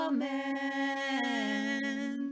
Amen